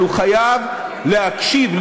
אבל הוא חייב להקשיב,